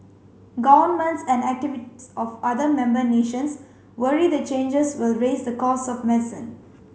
governments and activists of other member nations worry the changes will raise the costs of medicine